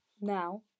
now